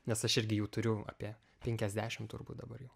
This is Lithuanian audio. nes aš irgi jų turiu apie penkiasdešim turbūt dabar jau